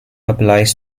applies